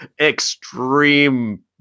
extreme